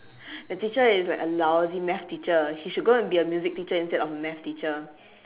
the teacher is a like a lousy math teacher he should go and be a music teacher instead of a math teacher